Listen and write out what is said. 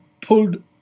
pulled